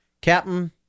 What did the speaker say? Captain